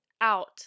out